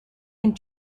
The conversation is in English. and